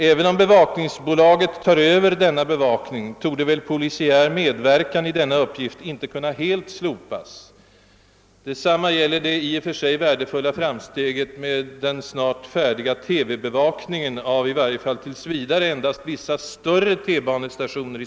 Även om bevakningsbolaget tar över denna be vakning, torde polisens medverkan inte kunna helt slopas. Detsamma gäller det i och för sig värdefulla framsteget med det snart färdiga systemet för TV-bevakning av vissa större T-banestationer i Stockholm; i varje fall tills vidare rör det sig endast om några av de större av dessa stationer.